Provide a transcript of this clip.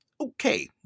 okay